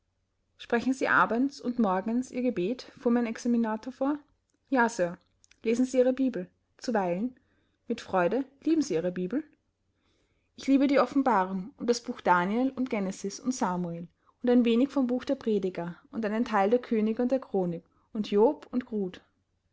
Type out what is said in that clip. sprechen sie abends und morgens ihr gebet fuhr mein examinator fort ja sir lesen sie ihre bibel zuweilen mit freude lieben sie ihre bibel ich liebe die offenbarung und das buch daniel und genesis und samuel und ein wenig vom buch der prediger und einen teil der könige und der chronik und hiob und ruth